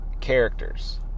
characters